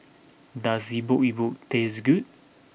does Epok Epok taste good